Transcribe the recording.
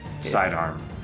sidearm